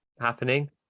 happening